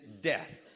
death